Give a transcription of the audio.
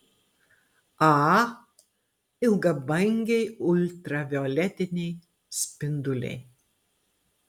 a ilgabangiai ultravioletiniai spinduliai